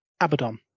Abaddon